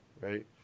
right